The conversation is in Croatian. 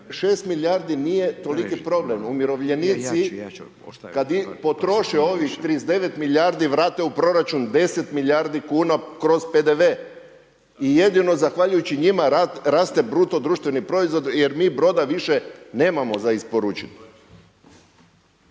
6 milijardi nije toliki problem jer umirovljenici kad potroše ovih 39 milijardi, vrate u proračun 10 milijardi kuna kroz PDV i jedino zahvaljujući njima raste Bruto društveni proizvod jer mi broda više nemamo za isporučit.